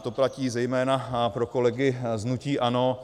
To platí zejména pro kolegy z hnutí ANO.